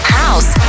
house